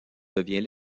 devient